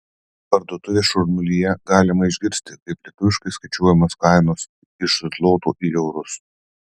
parduotuvės šurmulyje galima išgirsti kaip lietuviškai skaičiuojamos kainos iš zlotų į eurus